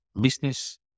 business